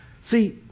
See